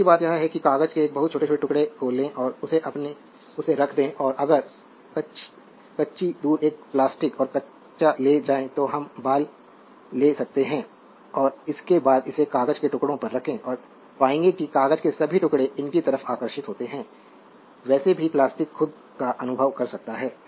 दूसरी बात यह है कि कागज के एक बहुत छोटे टुकड़े को लें और उसे रख दें और अगर कच्ची दूर एक प्लास्टिक और कच्चा ले जाए तो हम बाल ले सकते हैं और उसके बाद इसे कागज के टुकड़े पर रखें और पाएंगे कि कागज के सभी टुकड़े उनकी तरफ आकर्षित होते हैं वैसे भी प्लास्टिक खुद का अनुभव कर सकता है